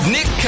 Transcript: Nick